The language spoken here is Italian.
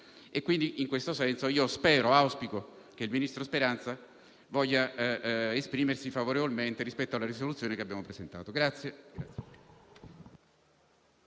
In questo senso, auspico che il ministro Speranza voglia esprimersi favorevolmente rispetto alla risoluzione che abbiamo presentato.